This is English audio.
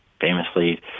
famously